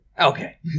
Okay